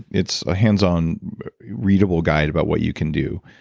it's a hands-on readable guide about what you can do.